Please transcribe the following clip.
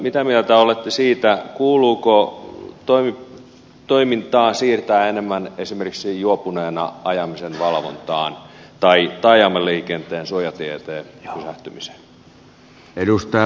mitä mieltä olette siitä kuuluuko toimintaa siirtää enemmän esimerkiksi juopuneena ajamisen valvontaan tai taajamaliikenteessä suojatien eteen pysähtymiseen